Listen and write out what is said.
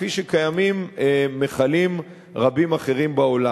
כפי שקיימים מכלים רבים אחרים בעולם.